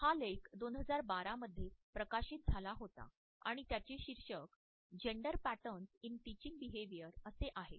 हा लेख २०१२ मध्ये प्रकाशित झाला होता आणि त्याचे शीर्षक 'gender patterns in touching behaviour' असे आहे